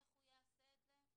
איך הוא יעשה את זה?